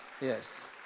Yes